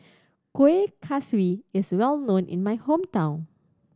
Kueh Kaswi is well known in my hometown